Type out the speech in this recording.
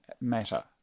matter